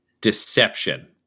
deception